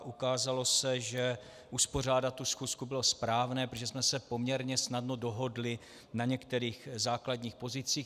Ukázalo se, že uspořádat tu schůzku bylo správné, protože jsme se poměrně snadno dohodli na některých základních pozicích.